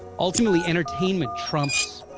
ultimately entertainment trumps